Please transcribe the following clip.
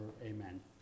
Amen